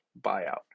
buyout